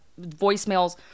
voicemails